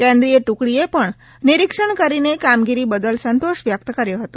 કેન્દ્રીય ટુકડીએ પણ નિરીક્ષણ કરીને કામગીરી બદલ સંતોષ વ્યકત કર્યો હતો